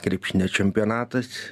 krepšinio čempionatas